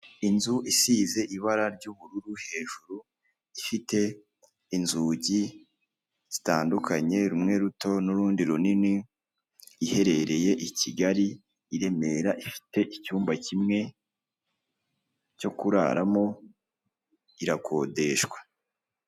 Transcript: Inzu isize ibara ry'ubururu hejuru, ifite inzugi zitandukanye rumwe ruto nu'urundi runini, iherereye i Kigali i Remera, ifite icyumba kimwe cyo kuraramo, irakodeshwa.